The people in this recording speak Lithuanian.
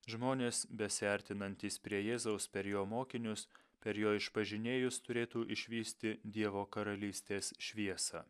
žmonės besiartinantys prie jėzaus per jo mokinius per jo išpažinėjus turėtų išvysti dievo karalystės šviesą